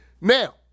Now